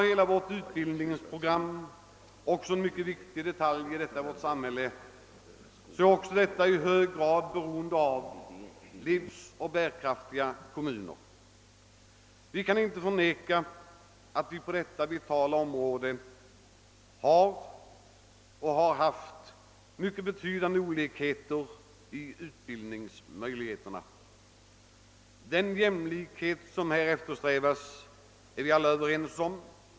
Hela utbildningsprogrammet — också en mycket viktig detalj i vårt samhälle — är i hög grad beroende av livsoch bärkraftiga kommuner. Vi kan inte förneka att det på detta vitala område har funnits mycket betydande olikheter i fråga om utbildningsmöjligheterna. Den jämlikhet som här eftersträvas är vi alla överens om.